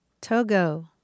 Togo